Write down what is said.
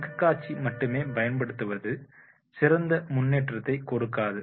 விளக்கக்காட்சி மட்டுமே பயன்படுத்துவது சிறந்த முன்னேற்றத்தை கொடுக்காது